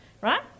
right